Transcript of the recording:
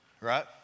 Right